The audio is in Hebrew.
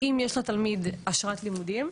אם יש לתלמיד אשרת לימודים,